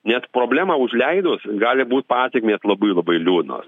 nes problemą užleidus gali būt pasekmės labai labai liūdnos